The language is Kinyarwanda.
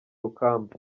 rukamba